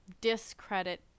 discredit